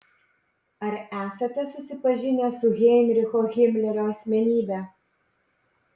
ar esate susipažinęs su heinricho himlerio asmenybe